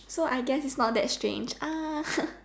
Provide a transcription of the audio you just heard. so I guess it's not that strange